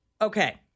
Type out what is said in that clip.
Okay